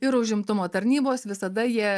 ir užimtumo tarnybos visada jie